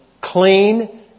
clean